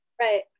Right